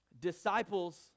Disciples